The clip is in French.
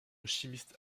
chimiste